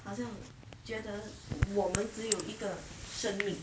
好像觉得我们只有一个生命